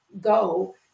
go